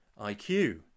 IQ